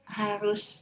harus